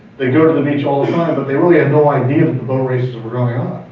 they go to the beach all the time, but they really had no idea the boat races were going on.